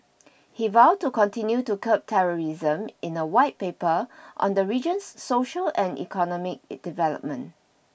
he vowed to continue to curb terrorism in a White Paper on the region's social and economic development